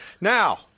now